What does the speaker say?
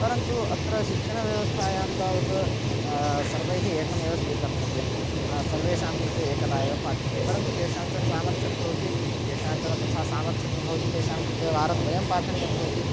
परन्तु अत्र शिक्षणव्यवस्थायां तावत् सर्वैः एकमेव स्वीकर्तव्यं सर्वेषां कृते एकदा एव पाठ्यते परन्तु केषाञ्चन सामर्थ्यं भवति केषाञ्चन तथा सामर्थ्यं न भवति तेषां कृते वारद्वयं पाठनीयं भवति